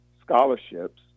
scholarships